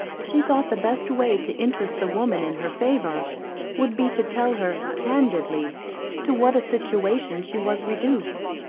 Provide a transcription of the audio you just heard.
she thought the best way to interest the woman in her favour would be to tell her candidly to what a situation she was reduced,